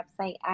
website